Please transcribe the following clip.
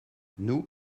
nous